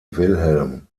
wilhelm